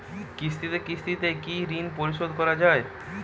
কিস্তিতে কিস্তিতে কি ঋণ পরিশোধ করা য়ায়?